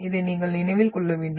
இதை நீங்கள் நினைவில் கொள்ள வேண்டும்